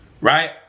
Right